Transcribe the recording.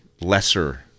lesser